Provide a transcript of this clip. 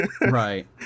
Right